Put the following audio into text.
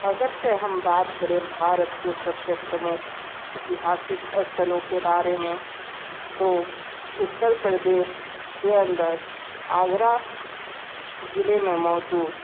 अगर से हम बात करे भारत के सबसे प्रमुख ऐतिहासिक स्थलों के बारे में तो उत्तर प्रदेश के अंदर आगरा ज़िले में मौजूद